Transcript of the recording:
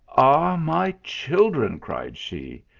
ah, my children! cried she,